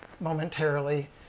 momentarily